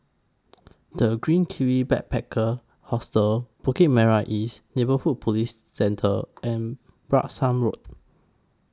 The Green Kiwi Backpacker Hostel Bukit Merah East Neighbourhood Police Centre and Branksome Road